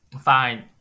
Fine